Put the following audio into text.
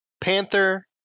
Panther